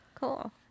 Cool